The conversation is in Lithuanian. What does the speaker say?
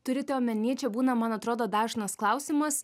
turite omeny čia būna man atrodo dažnas klausimas